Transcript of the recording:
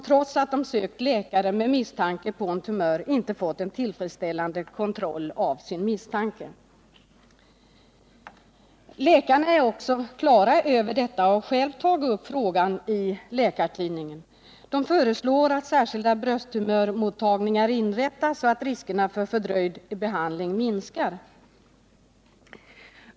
Trots att de sökt läkare med misstanke om en tumör har de inte fått en tillfredsställande kontroll av sin misstanke. Läkarna är också helt på det klara med detta och har själva tagit upp frågan i Läkartidningen. De föreslår att särskilda brösttumörmottagningar inrättas, så att riskerna för fördröjd behandling minskar.